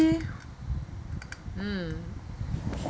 um